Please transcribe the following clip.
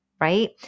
right